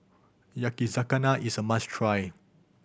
yakizakana is a must try